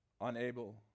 Unable